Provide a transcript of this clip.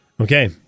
Okay